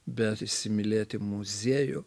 bet įsimylėti muziejų